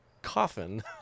coffin